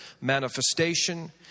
manifestation